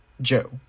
Joe